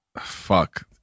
fuck